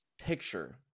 picture